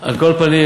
על כל פנים,